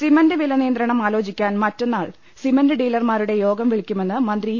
cement വില നിയന്ത്രണം ആലോചിക്കാൻ മറ്റന്നാൾ സിമന്റ് ഡീലർമാരുടെ യോഗം വിളിക്കുമെന്ന് മന്ത്രി ഇ